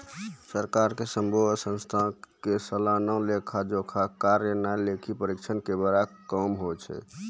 सरकार के सभ्भे संस्थानो के सलाना लेखा जोखा करनाय लेखा परीक्षक के बड़ो काम होय छै